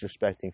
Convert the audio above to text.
disrespecting